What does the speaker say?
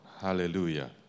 Hallelujah